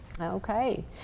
Okay